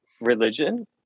religion